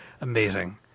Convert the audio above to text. Amazing